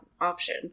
option